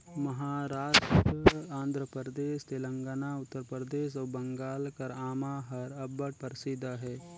महारास्ट, आंध्र परदेस, तेलंगाना, उत्तर परदेस अउ बंगाल कर आमा हर अब्बड़ परसिद्ध अहे